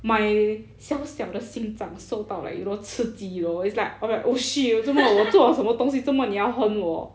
my 小小的心脏受到 like you know 刺激 you know is like I'm like oh shit 做么我做了什么东西为什么你要 horn 我